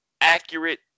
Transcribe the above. accurate